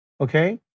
Okay